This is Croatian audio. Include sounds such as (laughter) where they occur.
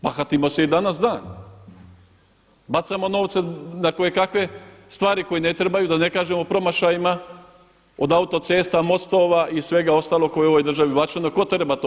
Bahatimo se i danas dan, bacamo novce na koje kakve stvari koje ne trebaju da ne kažemo promašajima, od autocesta, mostova i svega ostalog koje je u ovoj državi … (unintelligible) Tko treba to?